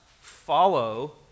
follow